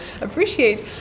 appreciate